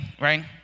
right